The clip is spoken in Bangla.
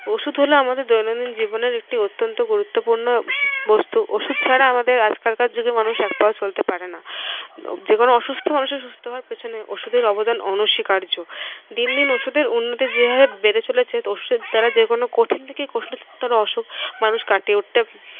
ওষুধ হল আমাদের দৈনন্দিন জীবনের একটি অত্যন্ত গুরুত্বপূর্ণ বস্তু ওষুধ ছাড়া আমাদের আমাদের আজকালকার যুগে মানুষ এক পাও চলতে পারে না যে কোনো অসুস্থ মানুষের সুস্থ হওয়ার পিছনে ওষুধের অবদান অনস্বীকার্য দিন দিন ওষুধের উন্নতি যেভাবে বেড়ে চলেছে ওষুধের দ্বারা যে কোনো কঠিন থেকে কঠিনতর অসুখ মানুষ কাটিয়ে উঠতে